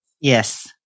Yes